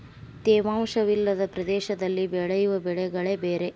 ತೇವಾಂಶ ವಿಲ್ಲದ ಪ್ರದೇಶದಲ್ಲಿ ಬೆಳೆಯುವ ಬೆಳೆಗಳೆ ಬೇರೆ